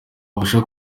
wabasha